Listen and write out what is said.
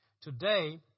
today